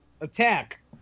Attack